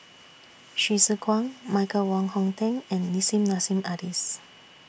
Hsu Tse Kwang Michael Wong Hong Teng and Nissim Nassim Adis